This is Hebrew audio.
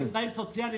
בלי תנאים סוציאליים.